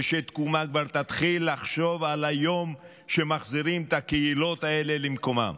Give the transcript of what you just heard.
וש"תקומה" כבר תתחיל לחשוב על היום שבו מחזירים את הקהילות האלה למקומן.